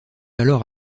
alors